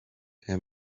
him